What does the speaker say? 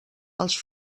els